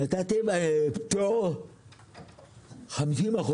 נתתם פטור 50%